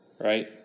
right